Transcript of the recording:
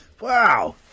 Wow